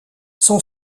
son